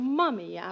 mummy